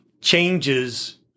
changes